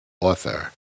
author